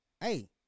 hey